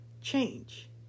Change